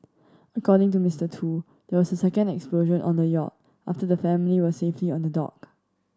according to Mister Tu there was a second explosion on the yacht after the family were safely on the dock